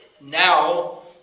now